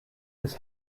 his